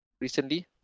recently